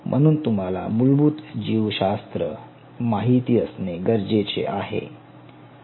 म्हणून तुम्हाला मूलभूत जीवशास्त्र माहिती असणे गरजेचे आहे